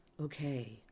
Okay